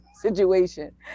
situation